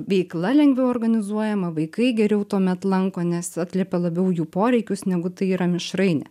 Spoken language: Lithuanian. veikla lengviau organizuojama vaikai geriau tuomet lanko nes atliepia labiau jų poreikius negu tai yra mišrainė